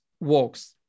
works